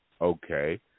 okay